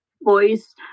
voice